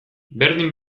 berdin